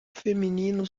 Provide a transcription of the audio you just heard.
feminino